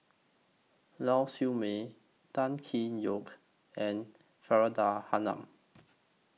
Lau Siew Mei Tan Tee Yoke and Faridah Hanum